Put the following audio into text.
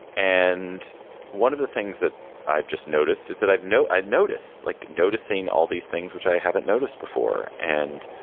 and one of the things that i've just noticed is that i've no notice like noticing all these things which i haven't noticed before. and